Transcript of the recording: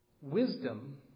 Wisdom